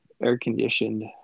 air-conditioned